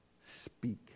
Speak